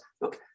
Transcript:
Look